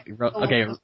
okay